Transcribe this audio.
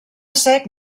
sec